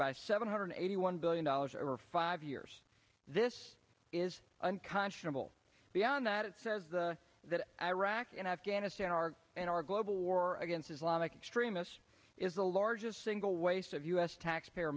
by seven hundred eighty one billion dollars over five years this is unconscionable beyond that it says that iraq and afghanistan are in our global war against islamic extremists is the largest single waste of u s taxpayer